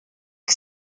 que